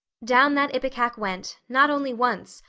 down that ipecac went, not only once,